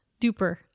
duper